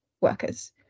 workers